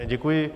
Děkuji.